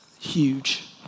huge